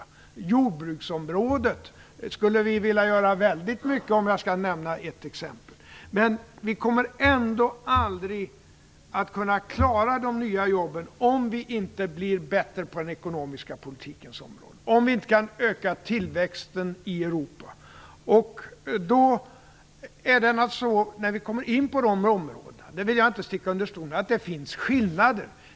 På jordbruksområdet skulle vi vilja göra mycket, för att ta ett exempel. Vi kommer ändå aldrig att kunna klara de nya jobben om vi inte blir bättre på den ekonomiska politikens område och om vi inte kan öka tillväxten i Europa. När vi kommer in på de områdena - det vill jag inte sticka under stol med - finns det naturligtvis skillnader.